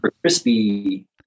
crispy